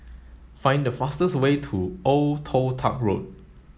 find the fastest way to Old Toh Tuck Road